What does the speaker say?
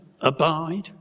abide